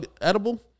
edible